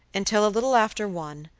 until, a little after one,